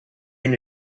been